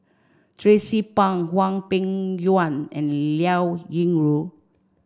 Tracie Pang Hwang Peng Yuan and Liao Yingru